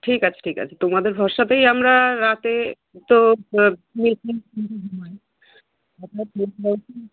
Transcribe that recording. ঠিক আছে ঠিক আছে তোমাদের ভরসাতেই আমরা রাতে তো শুয়ে